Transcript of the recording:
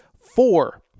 four